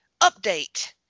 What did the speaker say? update